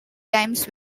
times